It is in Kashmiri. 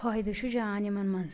فٲیدٕ چھُ جان یِمن منٛز